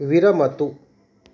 विरमतु